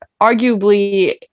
arguably